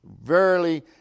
verily